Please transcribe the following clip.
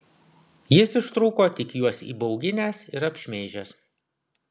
jis ištrūko tik juos įbauginęs ir apšmeižęs